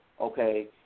okay